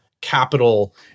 capital